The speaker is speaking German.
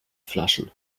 flaschen